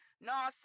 No